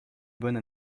bonne